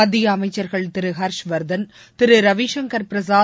மத்திய அமைச்சர்கள் திரு ஹர்ஷ்வர்தன் திரு ரவிசங்கர் பிரசாத்